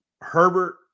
Herbert